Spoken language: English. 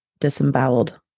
disemboweled